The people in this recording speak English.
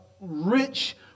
rich